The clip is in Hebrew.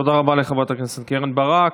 תודה רבה לחברת הכנסת קרן ברק.